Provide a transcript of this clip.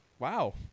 wow